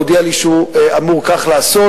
והוא הודיע לי שהוא אמור כך לעשות,